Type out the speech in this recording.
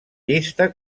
llista